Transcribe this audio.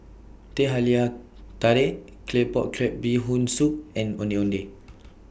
Teh Halia Tarik Claypot Crab Bee Hoon Soup and Ondeh Ondeh